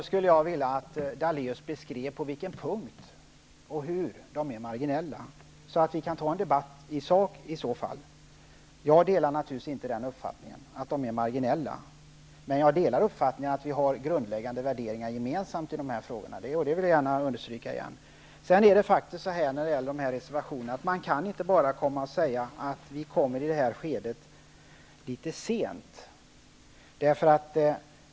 Jag skulle därför vilja att han beskrev på vilka punkter och på vilket sätt de är marginella så att vi kan ta en debatt i sak. Jag delar naturligtvis inte uppfattningen att de är marginella. Men jag delar uppfattningen att vi har grundläggande värderingar gemensamt i dessa frågor, och det vill jag gärna understryka. Man kan faktiskt inte bara säga att vi kommer litet sent med våra reservationer.